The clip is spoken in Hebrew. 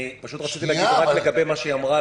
אני פשוט רציתי להגיד רק לגבי מה שהיא אמרה,